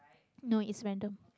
no is random